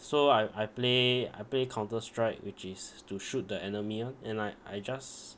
so I I play I play counter strike which is to shoot the enemy one and I I just